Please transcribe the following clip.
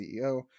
CEO